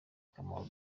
akamaro